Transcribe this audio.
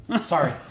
Sorry